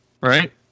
right